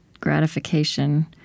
gratification